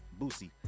Boosie